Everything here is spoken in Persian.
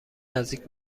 نزدیک